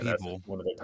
people